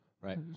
Right